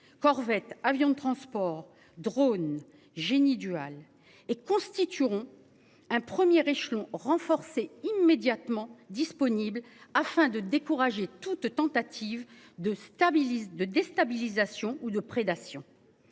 Corvette avions de transport drone Jenny Dual et constitueront un premier échelon renforcer immédiatement disponible, afin de décourager toute tentative de stabilise de déstabilisation ou de prédation.